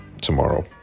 tomorrow